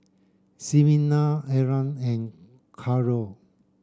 Ximena Erland and Carrol